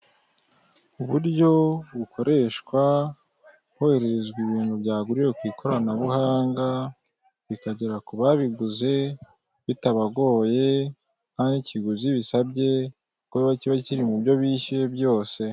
Uburyo bukoreshwa hoherezwa ibintu byaguriwe ku ikoranabuhanga bikagera ku babiguze bitabagoye ntanikiguzi bisabye kuko kiba kiri mu byo bishyuye byose.